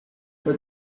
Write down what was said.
for